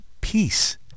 Peace